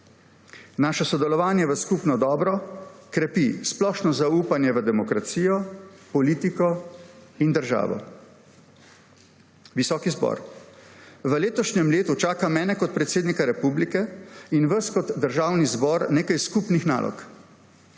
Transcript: Naše sodelovanje v skupno dobro krepi splošno zaupanje v demokracijo, politiko in državo. Visoki zbor! V letošnjem letu čaka mene kot predsednika republike in vas kot državni zbor nekaj skupnih nalog.